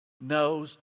knows